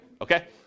okay